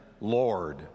Lord